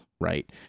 right